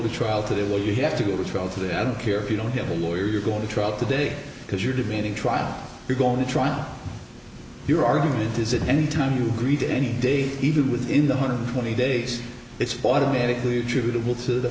to trial today will you have to go to trial today i don't care if you don't have a lawyer you're going to trial today because you're debating trial you're going to trial your argument is it any time you agree to any day even within the hundred twenty days it's automatically attributable to the